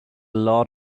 lot